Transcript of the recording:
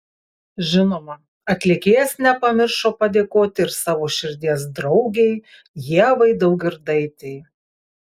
žinoma atlikėjas nepamiršo padėkoti ir savo širdies draugei ievai daugirdaitei